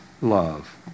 love